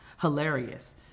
hilarious